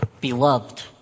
Beloved